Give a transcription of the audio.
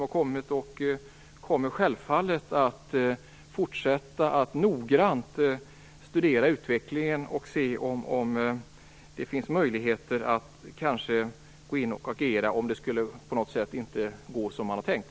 Jag kommer självfallet att fortsätta att noggrant följa utvecklingen och se om det finns möjligheter att agera om det inte skulle bli så som man tänkt.